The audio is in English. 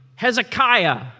Hezekiah